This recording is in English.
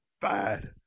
bad